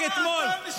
רק אתמול,